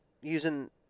using